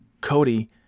Cody